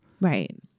Right